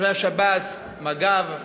שוטרי השב"ס, מג"ב.